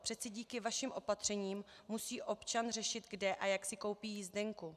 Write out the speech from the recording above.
Přeci díky vašim opatřením musí občan řešit, kde a jak si koupí jízdenku.